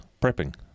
prepping